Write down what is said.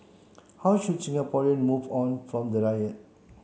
how should Singaporeans move on from the riot